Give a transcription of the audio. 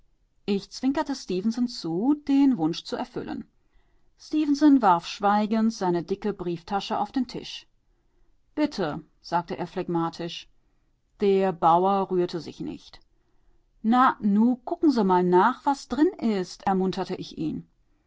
ich zwinkerte stefenson zu den wunsch zu erfüllen stefenson warf schweigend seine dicke brieftasche auf den tisch bitte sagte er phlegmatisch der bauer rührte sich nicht na nu kucken sie mal nach was drin ist ermunterte ich ihn